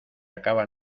acaba